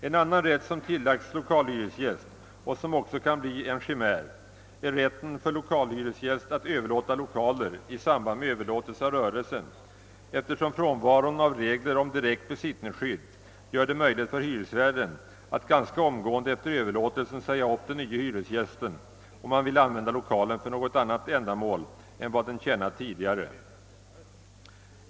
En annan rätt som tillagts lokalhyresgäst och som också kan bli en chimär är rätten för lokalhyresgäst att överlåta lokaler i samband med överlåtelse av rörelsen, eftersom frånvaron av reg ler om direkt besittningsskydd gör det möjligt för hyresvärden att ganska omgående efter överlåtelsen säga upp den nya hyresgästen, om han vill använda lokalen för något annat ändamål än vad den tjänat tidigare.